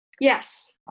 Yes